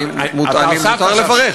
אתה הוספת עכשיו, מותר לברך.